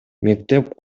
мектеп